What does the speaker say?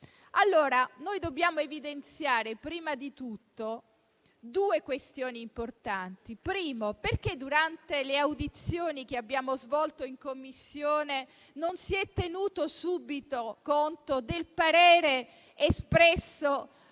Stato-Regioni. Dobbiamo evidenziare prima di tutto due questioni importanti. In primo luogo, perché durante le audizioni che abbiamo svolto in Commissione non si è tenuto subito conto del parere espresso